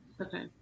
Okay